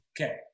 Okay